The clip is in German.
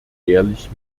ehrlich